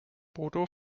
bodo